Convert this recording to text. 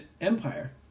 Empire